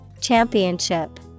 Championship